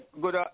good